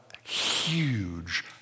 huge